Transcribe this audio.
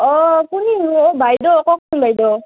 অঁ কুনিনো অঁ বাইদেউ কওকচোন বাইদেউ